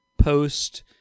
post